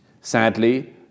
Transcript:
sadly